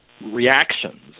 reactions